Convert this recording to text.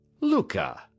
Luca